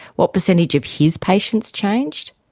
what percentage of his patients changed?